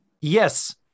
Yes